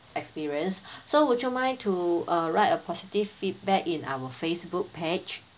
experience so would you mind to uh write a positive feedback in our Facebook page